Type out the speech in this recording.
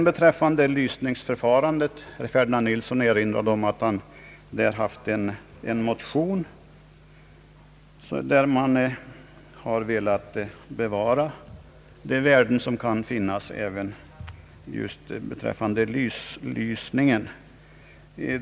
Beträffande lysningsförfarandet erinrade Ferdinand Nilsson om att han framlagt en motion, genom vilken man velat bevara de värden som kan finnas just beträffande lysningen.